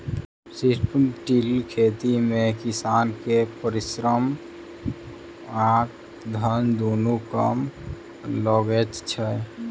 strip till खेती मे किसान के परिश्रम आ धन दुनू कम लगैत छै